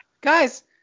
guys